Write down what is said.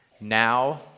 Now